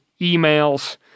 emails